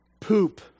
Poop